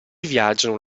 viaggiano